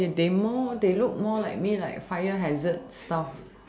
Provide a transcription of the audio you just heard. they they more they look more like me like fire hazard stuff